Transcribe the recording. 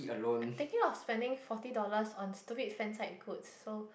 I'm thinking of spending forty dollars on stupid fan site goods so